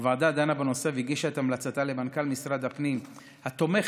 הוועדה דנה בנושא והגישה את המלצתה למנכ"ל משרד הפנים התומכת